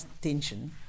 tension